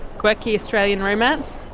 quirky australian romance?